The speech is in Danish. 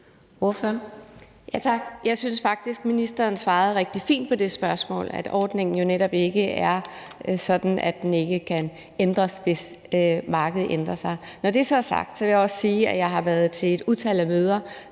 Jeg synes faktisk, at ministeren svarede rigtig fint på det spørgsmål, nemlig at ordningen jo netop ikke er sådan, at den ikke kan ændres, hvis markedet ændrer sig. Når det så er sagt, vil jeg også sige, at jeg har været til et utal af møder